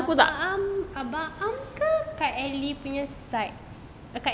abang am abang am ke kak elly punya side